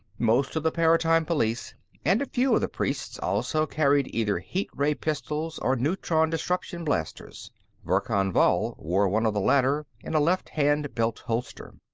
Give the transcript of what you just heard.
most of the paratime police and a few of the priests also carried either heat-ray pistols or neutron-disruption blasters verkan vall wore one of the latter in a left-hand belt holster.